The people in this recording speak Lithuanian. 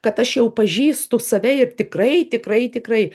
kad aš jau pažįstu save ir tikrai tikrai tikrai